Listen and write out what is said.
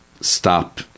stop